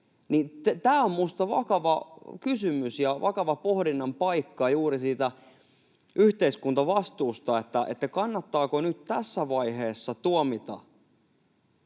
tämä on minusta vakava kysymys ja vakava pohdinnan paikka juuri siitä yhteiskuntavastuusta, siitä, kannattaako nyt tässä vaiheessa tuomita